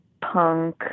punk